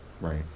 Right